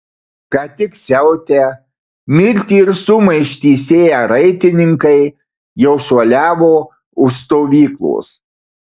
ką tik siautę mirtį ir sumaištį sėję raitininkai jau šuoliavo už stovyklos